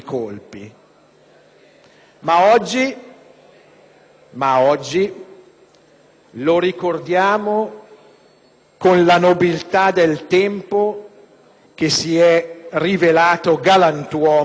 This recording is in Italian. Ma oggi lo ricordiamo con la nobiltà del tempo, che si è rivelato galantuomo con lui